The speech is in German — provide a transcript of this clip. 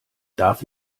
darf